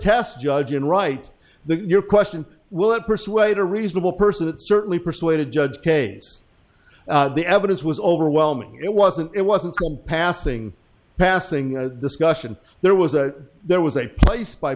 task judge and right then your question will that persuade a reasonable person that certainly persuaded judge case the evidence was overwhelming it wasn't it wasn't a passing passing discussion there was that there was a place by